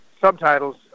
subtitles